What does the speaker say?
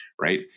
right